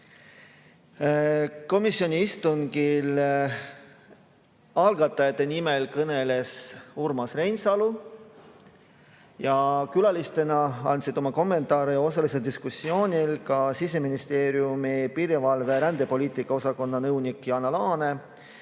Komisjoni istungil algatajate nimel kõneles Urmas Reinsalu. Külalistena andsid oma kommentaare ja osalesid diskussioonil ka Siseministeeriumi piirivalve‑ ja rändepoliitika osakonna nõunik Jana Laane